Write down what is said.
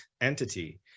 entity